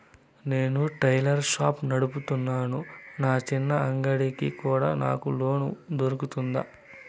నేను tailor shop నడుపుతున్నాను, నా చిన్న అంగడి కి కూడా నాకు లోను దొరుకుతుందా?